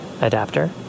adapter